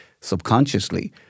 subconsciously